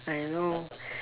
I know